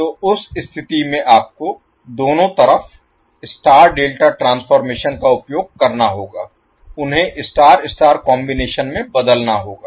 तो उस स्थिति में आपको दोनों तरफ स्टार डेल्टा ट्रांसफॉर्मेशन का उपयोग करना होगा उन्हें स्टार स्टार कॉम्बिनेशन में बदलना होगा